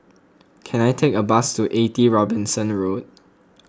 can I take a bus to eighty Robinson Road